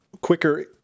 quicker